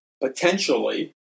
potentially